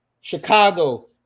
chicago